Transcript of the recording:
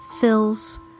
fills